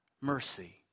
mercy